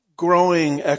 growing